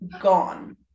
gone